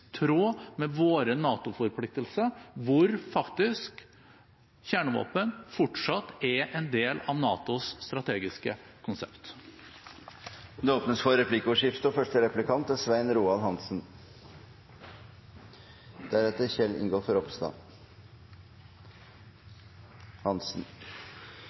tråd med våre NATO-forpliktelser, hvor faktisk kjernevåpen fortsatt er en del av NATOs strategiske konsept. Det blir replikkordskifte.